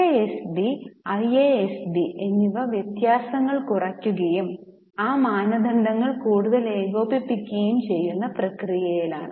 FASB IASB എന്നിവ വ്യത്യാസങ്ങൾ കുറയ്ക്കുകയും ആ മാനദണ്ഡങ്ങൾ കൂടുതൽ ഏകോപിപ്പിക്കുകയും ചെയ്യുന്ന പ്രക്രിയയിലാണ്